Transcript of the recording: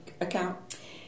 account